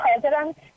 president